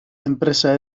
enpresa